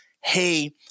Hey